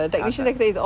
அதான்:athaan